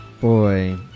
Boy